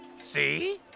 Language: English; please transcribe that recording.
See